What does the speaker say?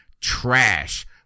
Trash